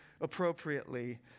appropriately